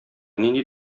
нинди